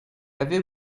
avait